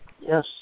Yes